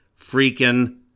freaking